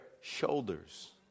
shoulders